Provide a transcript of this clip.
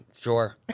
Sure